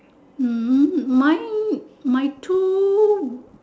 hmm mine my two